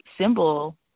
symbol